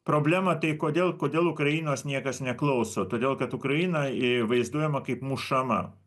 problema tai kodėl kodėl ukrainos niekas neklauso todėl kad ukraina vaizduojama kaip mušama